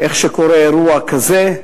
כשקורה אירוע כזה,